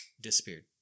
disappeared